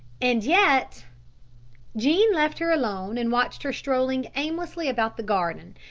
and yet jean left her alone and watched her strolling aimlessly about the garden,